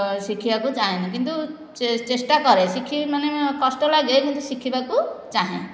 ଶିଖିବା ପାଇଁ ଚାହେଁନି କିନ୍ତୁ ଚେଷ୍ଟା କରେ ଶିଖିବି ମାନେ କଷ୍ଟ ଲାଗେ କିନ୍ତୁ ଶିଖିବାକୁ ଚାହେଁ